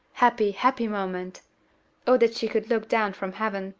happy, happy moment o that she could look down from heaven,